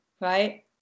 right